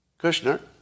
Kushner